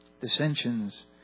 dissensions